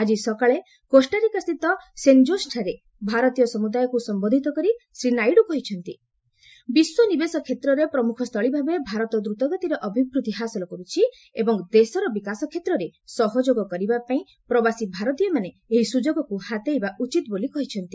ଆଜି ସକାଳେ କୋଷ୍ଟାରିକାସ୍ଥିତ ସେନ୍ଜୋସ୍ଠାରେ ଭାରତୀୟ ସମୁଦାୟଙ୍କୁ ସମ୍ପୋଧିତ କରି ଶ୍ରୀ ନାଇଡୁ କହିଛନ୍ତି ବିଶ୍ୱ ନିବେଶ କ୍ଷେତ୍ରର ପ୍ରମୁଖସ୍ଥଳୀଭାବେ ଭାରତ ଦ୍ରୁତଗତିରେ ଅଭିବୃଦ୍ଧି ହାସଲ କରୁଛି ଏବଂ ଦେଶର ବିକାଶ କ୍ଷେତ୍ରରେ ସହଯୋଗ କରିବା ପାଇଁ ପ୍ରବାସୀ ଭାରତୀୟମାନେ ଏହି ସୁଯୋଗକୁ ହାତେଇବା ଉଚିତ୍ ବୋଲି କହିଛନ୍ତି